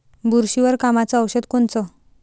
बुरशीवर कामाचं औषध कोनचं?